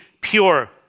pure